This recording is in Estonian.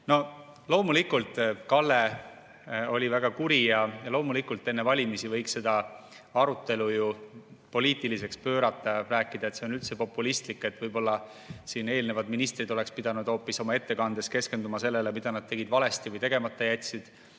Loomulikult, Kalle oli väga kuri ja enne valimisi võiks selle arutelu ju poliitiliseks pöörata, rääkida, et see on üldse populistlik, et võib-olla siin eelnevad ministrid oleks pidanud oma ettekandes keskenduma hoopis sellele, mida nad tegid valesti või jätsid